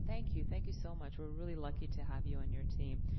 thank you, thank you so much. we're really lucky to have you and your team.